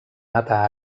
nata